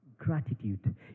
gratitude